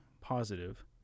positive